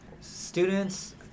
students